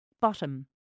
bottom